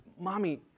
Mommy